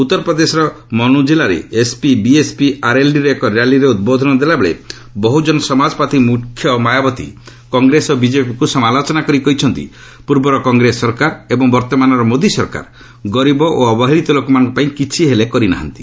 ଉତ୍ତରପ୍ରଦେଶର ମନ୍ଦ୍ର ଜିଲ୍ଲାରେ ଏସ୍ପି ବିଏସ୍ପି ଆର୍ଏଲ୍ଡିର ଏକ ର୍ୟାଲିରେ ଉଦ୍ବୋଧନ ଦେଲାବେଳେ ବହୁଜନ ସମାଜବାଦୀ ପାର୍ଟି ମୁଖ୍ୟ ମାୟାବତୀ କଂଗ୍ରେସ ଓ ବିଜେପିକୁ ସମାଲୋଚନା କରି କହିଛନ୍ତି ପୂର୍ବର କଂଗ୍ରେସ ସରକାର ଏବଂ ବର୍ତ୍ତମାନର ମୋଦି ସରକାର ଗରିବ ଓ ଅବହେଳିତ ଲୋକମାନଙ୍କ ପାଇଁ କିଛି ହେଲେ କରିନାହାନ୍ତି